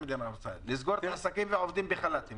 לסגור את העסקים והעובדים בחל"תים.